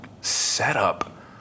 setup